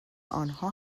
آنها